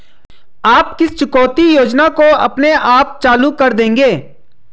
आप किस चुकौती योजना को अपने आप चालू कर देंगे?